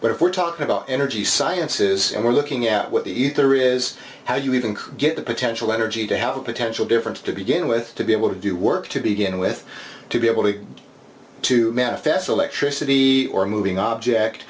but if we're talking about energy sciences and we're looking at what the ether is how do you even get the potential energy to have a potential difference to begin with to be able to do work to begin with to be able to to manifest electricity or a moving object